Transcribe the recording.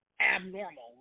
abnormal